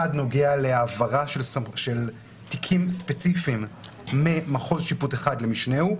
אחד נוגע להעברה של תיקים ספציפיים ממחוז שיפוט אחד למשנהו.